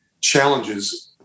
challenges